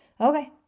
okay